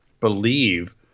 believe